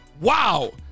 wow